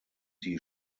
die